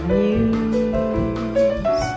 news